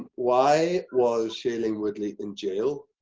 why was shailene woodley in jail?